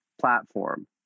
platform